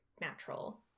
natural